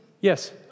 Yes